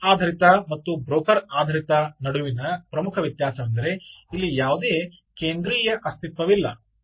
ಈ ಬಸ್ ಆಧಾರಿತ ಮತ್ತು ಬ್ರೋಕರ್ ಆಧಾರಿತ ನಡುವಿನ ಪ್ರಮುಖ ವ್ಯತ್ಯಾಸವೆಂದರೆ ಇಲ್ಲಿ ಯಾವುದೇ ಕೇಂದ್ರೀಯ ಅಸ್ತಿತ್ವವಿಲ್ಲ